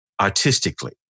artistically